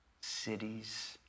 cities